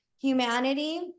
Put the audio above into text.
humanity